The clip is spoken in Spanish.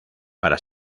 para